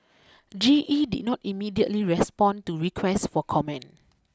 G E did not immediately respond to requests for comment